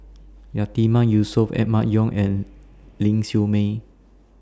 Yatiman Yusof Emma Yong and Ling Siew May